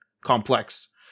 complex